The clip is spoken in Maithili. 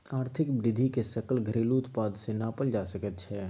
आर्थिक वृद्धिकेँ सकल घरेलू उत्पाद सँ नापल जा सकैत छै